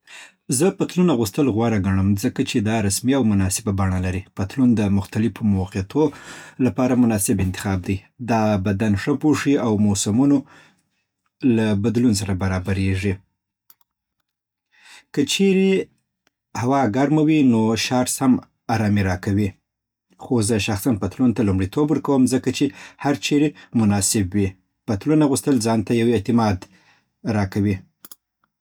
زه پتلون اغوستل غوره ګڼم ځکه چې دا رسمي او مناسبه بڼه لري. پتلون د مختلفو موقعو لپاره مناسب انتخاب دی. دا بدن ښه پوښي او موسمونو له بدلون سره برابرېږي. که چیرې هوا ګرمه وي، نو شارټس هم آرامي راکوي. خو زه شخصاً پتلون ته لومړیتوب ورکوم، ځکه چې هرچېرې مناسب وي. پتلون اغوستل ځان ته یو اعتماد راکوي.